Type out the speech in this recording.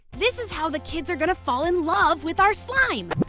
this is how the kids are going to fall in love with our slime.